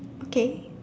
okay